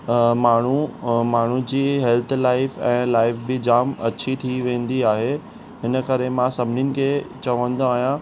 अ माण्हू अ माण्हू जी हेल्थ लाइफ़ ऐं लाइफ़ बि जाम अच्छी थी वेंदी आहे हिन करे मां सभिनीनि खे चवंदो आहियां